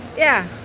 yeah.